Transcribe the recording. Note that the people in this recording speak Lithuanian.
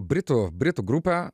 britų britų grupė